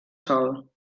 sol